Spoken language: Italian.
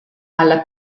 alla